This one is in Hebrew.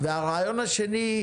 והרעיון השני,